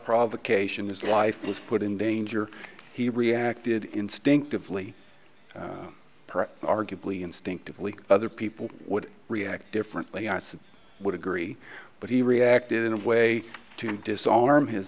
provocation his life was put in danger he reacted instinctively arguably instinctively other people would react differently would agree but he reacted in a way to disarm h